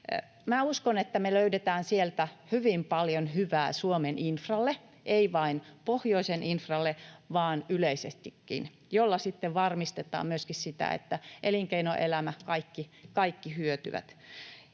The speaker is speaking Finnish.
uskon, että me löydetään sieltä hyvin paljon hyvää Suomen infralle, ei vain pohjoisen infralle, vaan yleisestikin, jolla sitten varmistetaan myöskin sitä, että elinkeinoelämä ja kaikki hyötyvät.